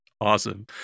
Awesome